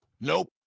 Nope